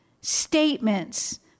statements